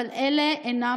אבל אלה אינם